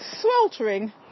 sweltering